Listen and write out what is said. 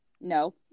No